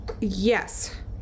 yes